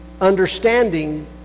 understanding